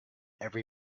every